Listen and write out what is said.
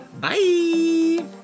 Bye